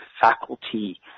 faculty